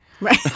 Right